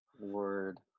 Word